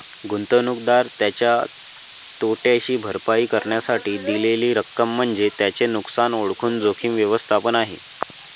गुंतवणूकदार त्याच्या तोट्याची भरपाई करण्यासाठी दिलेली रक्कम म्हणजे त्याचे नुकसान ओळखून जोखीम व्यवस्थापन आहे